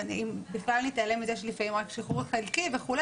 אם בכלל נתעלם מזה שלפעמים משתחררים רק שחרור חלקי וכו'.